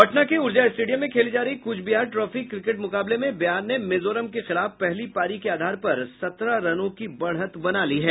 पटना के ऊर्जा स्टेडियम में खेली जा रही कूच बिहार ट्राफी क्रिकेट मुकाबले में बिहार ने मिजोरम के खिलाफ पहली पारी के आधार पर सत्रह रनों की बढ़त बना ली है